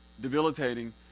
debilitating